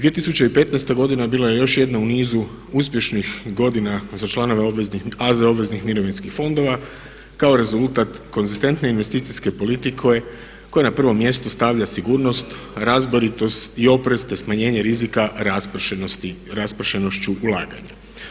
2015. godina bila je još jedna u nizu uspješnih godina za članove AZ mirovinskih fondova kao rezultat konzistentne investicijske politike koja na prvom mjestu stavlja sigurnost, razboritost i … smanjenje rizika raspršenošću ulaganja.